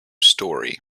story